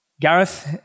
Gareth